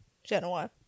Genoa